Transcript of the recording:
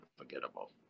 unforgettable